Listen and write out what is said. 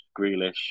Grealish